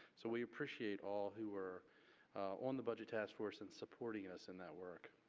so we appreciate all who were on the budget task force and supporting us in that work.